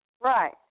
Right